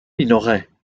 minoret